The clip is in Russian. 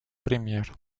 пример